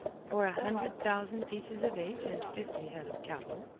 for a hundred thousand pieces of eight and fifty head of cattle,